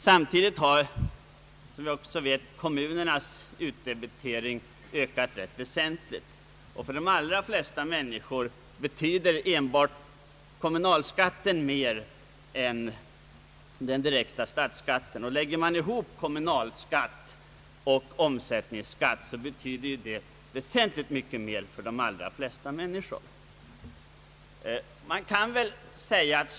Samtidigt har, som vi också vet, kommunernas utdebitering ökat rätt vä sentligt. För de flesta människor betyder "enbart kommunalskatten: mer än den direkta statsskatten. Kommunalskatt och omsättningsskatt tillsammans betyder : väsentligt mycket mer än statlig inkomstskatt för de allra: flesta mänhiskör.